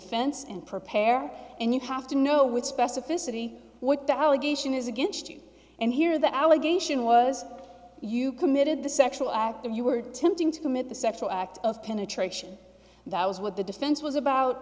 defense and prepare and you have to know with specificity what the allegation is against you and here the allegation was you committed the sexual act that you were tempting to commit the sexual act of penetration that was what the defense was about